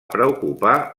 preocupar